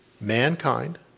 mankind